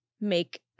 make